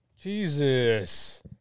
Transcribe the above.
Jesus